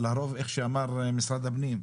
אבל לרוב איך שאמר משרד הפנים,